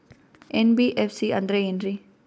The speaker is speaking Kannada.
ಎನ್.ಬಿ.ಎಫ್.ಸಿ ಅಂದ್ರ ಏನ್ರೀ?